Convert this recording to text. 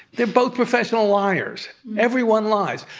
they're both professional liars. everyone lies.